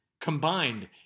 combined